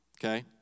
okay